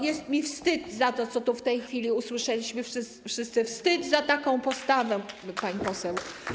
Jest mi wstyd za to, co tu w tej chwili usłyszeliśmy wszyscy, wstyd za taką postawę, pani poseł.